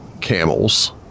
camels